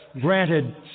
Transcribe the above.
granted